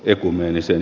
ekumeeniseen